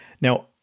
Now